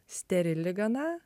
sterili gana